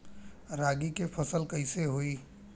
रागी के फसल कईसे होई?